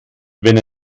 wenn